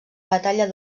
batalla